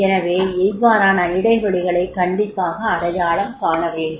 எனவே இவ்வாறான இடைவெளிகளைக் கண்டிப்பாக அடையாளம் காண வேண்டும்